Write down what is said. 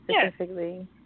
specifically